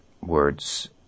words